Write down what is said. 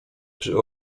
przy